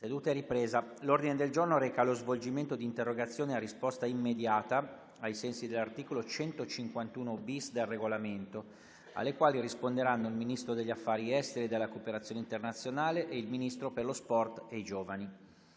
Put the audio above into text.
nuova finestra"). L'ordine del giorno reca lo svolgimento di interrogazioni a risposta immediata (cosiddetto *question time*), ai sensi dell'articolo 151-*bis* del Regolamento, alle quali risponderanno il Ministro degli affari esteri e della cooperazione internazionale e il Ministro per lo sport e i giovani.